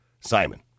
Simon